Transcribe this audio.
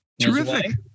Terrific